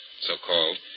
so-called